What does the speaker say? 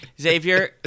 Xavier